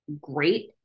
great